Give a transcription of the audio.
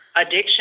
addiction